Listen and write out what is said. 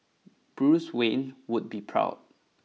Bruce Wayne would be proud